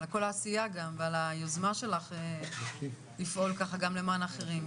על כל העשייה גם על היוזמה שלך לפעול ככה גם למען אחרים,